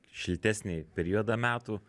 šiltesnį periodą metų